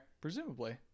Presumably